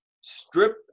strip